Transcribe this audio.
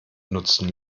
nutzen